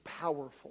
powerful